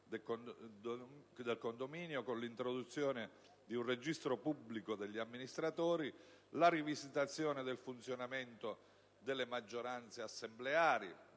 del condominio, con l'introduzione di un registro pubblico degli amministratori; la rivisitazione del funzionamento delle maggioranze assembleari,